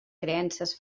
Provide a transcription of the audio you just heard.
creences